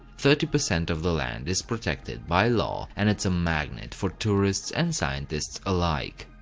thirty percent of the land is protected by law, and it's a magnet for tourists and scientists alike.